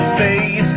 the